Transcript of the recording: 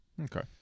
Okay